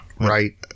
Right